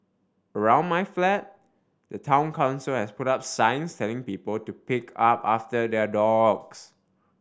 around my flat the Town Council has put up signs telling people to pick up after their dogs